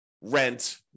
rent